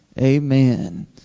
amen